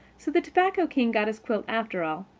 so the tobacco king got his quilt after all,